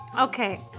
okay